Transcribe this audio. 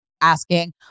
asking